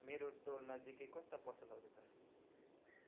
मेरो टोलनजिकै कस्ता पसलहरू छन्